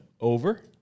over